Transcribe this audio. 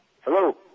Hello